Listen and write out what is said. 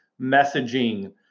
messaging